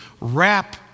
Wrap